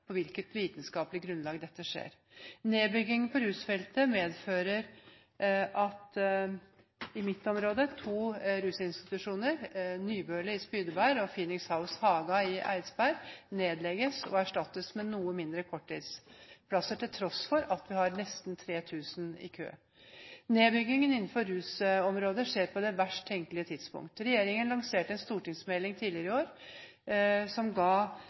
på hvilket vitenskapelig grunnlag – dette skjer. Nedbygging på rusfeltet medfører i mitt område at to rusinstitusjoner – Nybøle i Spydeberg og Phoenix House Haga i Eidsberg – nedlegges og erstattes med noen mindre korttidsplasser, til tross for at vi har nesten 3 000 i kø. Nedbyggingen innenfor rusområdet skjer på det verst tenkelige tidspunkt. Regjeringen lanserte en stortingsmelding tidligere i år som ga